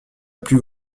plus